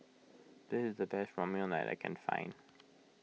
this is the best Ramyeon that I can find